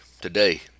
today